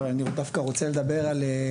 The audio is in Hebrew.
אבל אני דווקא רוצה לדבר על,